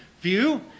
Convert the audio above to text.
view